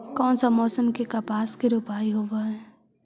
कोन सा मोसम मे कपास के रोपाई होबहय?